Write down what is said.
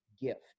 gift